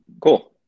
Cool